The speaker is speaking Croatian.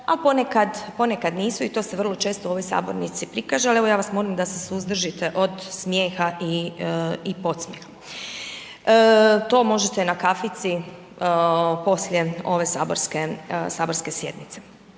a ponekad nisu i to se vrlo često u ovoj sabornici prikaže, ali evo, ja vas molim da se suzdržite od smijeha i podsmijeha. To možete na kafici poslije ove saborske sjednice.